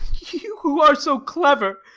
you who are so clever,